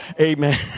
Amen